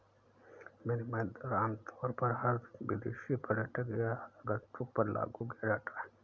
विनिमय दर आमतौर पर हर विदेशी पर्यटक या आगन्तुक पर लागू किया जाता है